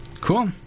Cool